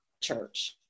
church